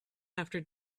after